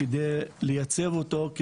על מנת לייצב אותו,